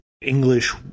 english